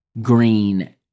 Green